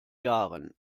jahren